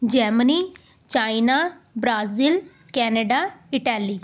Germany China Brazil Canada Italy